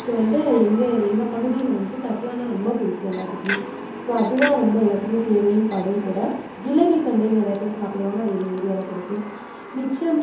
so வந்துட்டு எங்கள் எங்கள் பகுதியில் வந்துட்டு கட்லானா ரொம்ப பிடிக்கும் எல்லோத்துக்குமே ஸோ அதுதான் ரொம்ப எல்லோத்துக்குமே தேவையும் படும் கூட ஜிலேபிகண்டையும் நிறைய பேர் சாப்பிடுவாங்க அது எங்கள் ஏரியாவில் கிடைக்கும் மிச்சம்